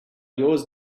yours